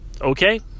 okay